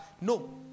No